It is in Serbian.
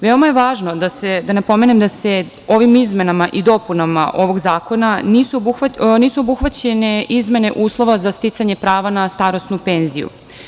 Veoma je važno da napomenem da se ovim izmenama i dopunama ovog zakona nisu obuhvaćene izmene uslova za sticanje prava na starosnu penziju.